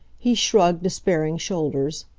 he shrugged despairing shoulders.